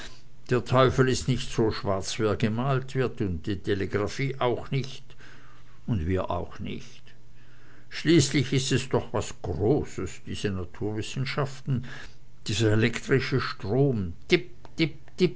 der teufel is nich so schwarz wie er gemalt wird und die telegraphie auch nicht und wir auch nicht schließlich ist es doch was großes diese naturwissenschaften dieser elektrische strom